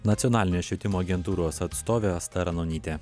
nacionalinės švietimo agentūros atstovė asta ranonytė